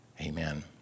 amen